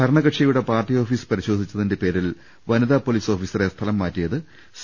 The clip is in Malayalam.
ഭരണക ക്ഷിയുടെ പാർട്ടി ഓഫീസ് പരിശോധിച്ചതിന്റെ പേരിൽ വനിതാ പൊലീസ് ഓഫീസറെ സ്ഥലം മാറ്റിയത് സി